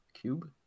Cube